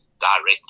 directly